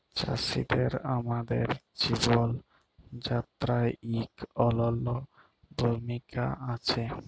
চাষীদের আমাদের জীবল যাত্রায় ইক অলল্য ভূমিকা আছে